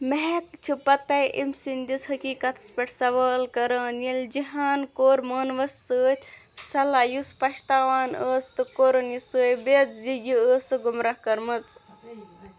مہک چھِ پتے أمۍ سٕنٛدِس حقیقتَس پٮ۪ٹھ سوال کران ییٚلہِ جاہَن کوٚر مانوَس سۭتۍ صلح یُس پشتاوان ٲس تہٕ کورُن یہِ ثٲبت زِ یہِ ٲسٕکھ گمراہ کٔرمٕژ